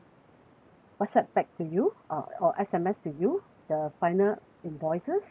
WhatsApp back to you uh or S_M_S to you the final invoices